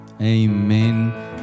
Amen